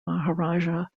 maharaja